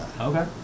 Okay